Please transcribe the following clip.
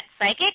Psychic